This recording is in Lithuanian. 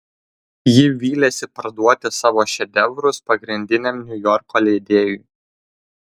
ji vylėsi parduoti savo šedevrus pagrindiniam niujorko leidėjui